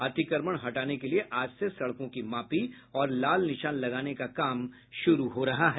अतिक्रमण हटाने के लिए आज से सड़कों की मापी और लाल निशान लगाने का काम शुरू हो रहा है